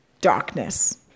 darkness